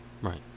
Right